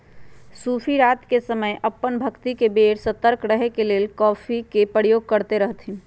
सूफी रात के समय अप्पन भक्ति के बेर सतर्क रहे के लेल कॉफ़ी के प्रयोग करैत रहथिन्ह